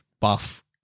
buff